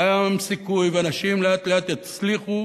קיים סיכוי, ואנשים לאט-לאט יצליחו